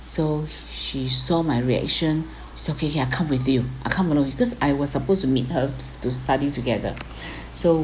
so she saw my reaction is okay okay I come with you I come along because I was supposed to meet her to study together so